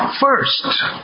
first